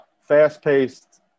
fast-paced